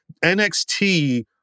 NXT